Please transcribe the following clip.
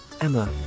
Emma